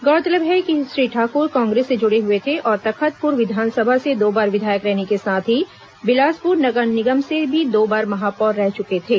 गौरतलब है कि श्री ठाकुर कांग्रेस से जुड़े हुए थे और तखतपुर विधानसभा से दो बार विधायक रहने के साथ ही बिलासपुर नगर निगम से भी दो बार महापौर रह चुके थे